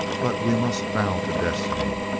but we must bow to destiny.